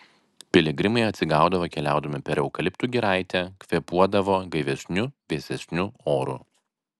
piligrimai atsigaudavo keliaudami per eukaliptų giraitę kvėpuodavo gaivesniu vėsesniu oru